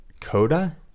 Coda